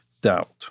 doubt